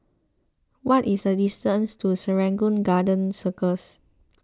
what is the distance to Serangoon Garden Circus